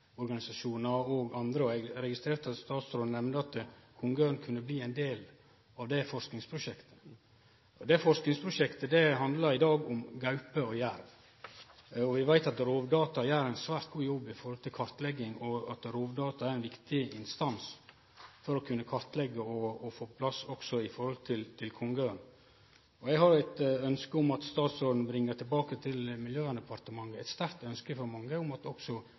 og andre. Eg registrerte at statsråden nemnde at kongeørn kunne bli ein del av det forskingsprosjektet. Det forskingsprosjektet handlar i dag om gaupe og jerv. Vi veit at Rovdata gjer ein svært god jobb i forhold til kartlegging, og at Rovdata er ein viktig instans for å kunne kartleggje og få på plass også kongeørna. Eg har eit ønske om at statsråden bringar tilbake til Miljøverndepartementet eit sterkt ønske frå mange om at også